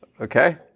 Okay